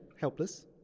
helpless